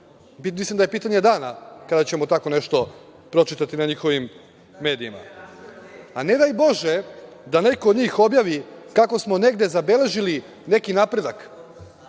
mislim da je pitanje dana kada ćemo tako nešto pročitati na njihovim medijama. Ne daj Bože da neko od njih objavi kako smo negde zabeležili neki napredak,